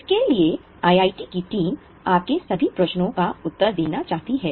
इसलिए IIT की team आपके सभी प्रश्नों का उत्तर देना चाहती है